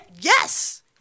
Yes